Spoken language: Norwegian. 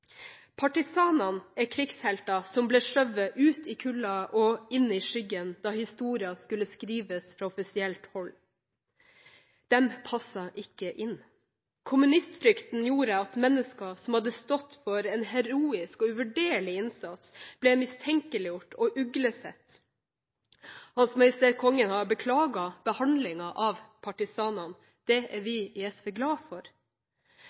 Partisanene er krigshelter som ble skjøvet ut i kulda og inn i skyggen da historien skulle skrives fra offisielt hold. De passet ikke inn. Kommunistfrykten gjorde at mennesker som hadde stått for en heroisk og uvurderlig innsats, ble mistenkeliggjort og uglesett. Hans Majestet Kongen har beklaget behandlingen av partisanene. Det er vi i SV glad for.